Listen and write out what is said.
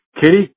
Kitty